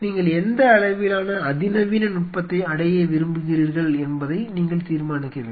நீங்கள் எந்த அளவிலான அதிநவீன நுட்பத்தை அடைய விரும்புகிறீர்கள் என்பதை நீங்கள் தீர்மானிக்க வேண்டும்